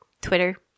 Twitter